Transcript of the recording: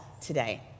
today